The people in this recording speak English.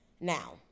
Now